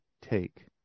take